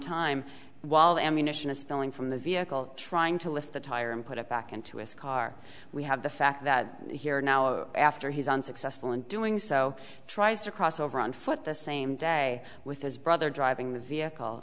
time while the ammunition is filling from the vehicle trying to lift the tire and put it back into his car we have the fact that here now after he's unsuccessful in doing so tries to cross over on foot the same day with his brother driving the vehicle